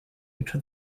into